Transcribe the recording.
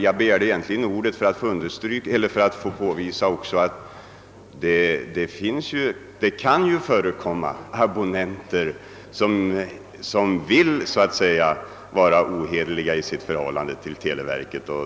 Jag begärde egentligen ordet för att också få påvisa att det kan förekomma abonnenter som vill vara ohederliga i sitt förhållande till televerket.